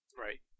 right